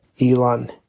Elon